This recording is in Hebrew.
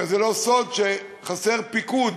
הרי זה לא סוד שחסר פיקוד,